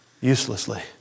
uselessly